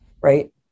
right